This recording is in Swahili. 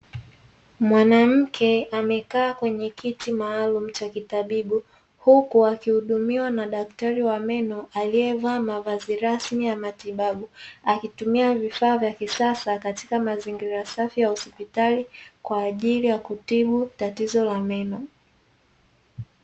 Mwanamke amekaa kwenye kiti maalumu cha kitabibu, huku akihudumiwa na daktari wa meno, aliyevaa mavazi rasmi ya matibabu, akitumia vifaa vya kisasa katika mazingira safi ya hospitali kwa ajili ya kutibu tatizo la meno.